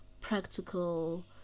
practical